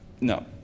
no